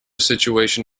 situation